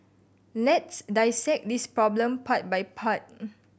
let's dissect this problem part by part